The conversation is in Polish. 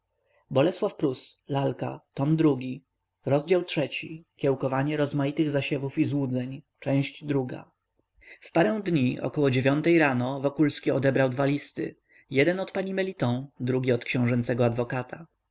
może prowadzić rozumie się przy pilnej kontroli z naszej strony w parę dni około dziewiątej rano wokulski odebrał dwa listy jeden od pani meliton drugi od książęcego adwokata